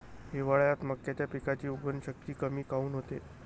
हिवाळ्यात मक्याच्या पिकाची उगवन शक्ती कमी काऊन होते?